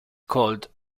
called